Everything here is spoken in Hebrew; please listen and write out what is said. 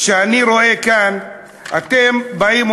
שאני רואה כאן אתם באים,